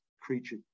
creature